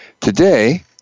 Today